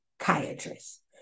psychiatrist